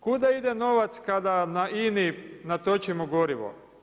Kuda ide novac kada na INA-i natočimo gorivo.